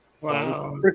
Wow